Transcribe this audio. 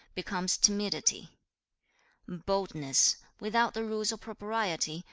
becomes timidity boldness, without the rules of propriety,